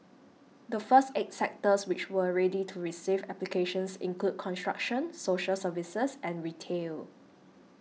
the first eight sectors which were ready to receive applications include construction social services and retail